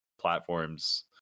platforms